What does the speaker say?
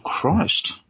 Christ